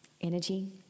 energy